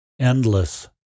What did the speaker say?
endless